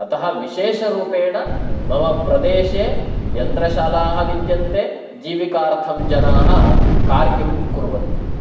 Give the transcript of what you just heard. अतः विशेषरूपेण मम प्रदेशे यन्त्रशालाः विद्यन्ते जीविकार्थं जनाः कार्यं कुर्वन्ति